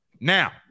Now